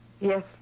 Yes